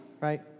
right